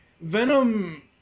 Venom